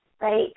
right